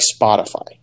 Spotify